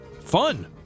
fun